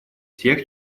всех